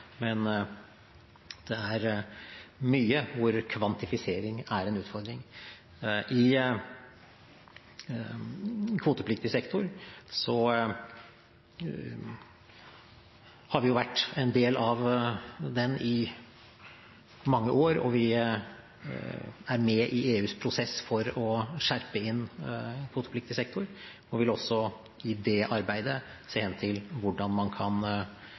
men mye om kvantifisering er en utfordring. Vi har vært en del av kvotepliktig sektor i mange år. Vi er med i EUs prosess for å skjerpe inn kvotepliktig sektor og vil også i det arbeidet se hen til hvordan man kan